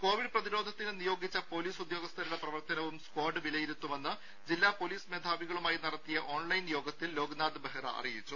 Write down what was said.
Covid പ്രതിരോധത്തിന് നിയോഗിച്ച police ഉദ്യോഗസ്ഥരുടെ പ്രവർത്തനവും സ്ക്വാഡ് വിലയിരുത്തുമെന്ന് ജില്ലാ പൊലീസ് മേധാവികളുമായി നടത്തിയ ഓൺലൈൻ യോഗത്തിൽ ലോക്നാഥ് ബെഹ്റ അറിയിച്ചു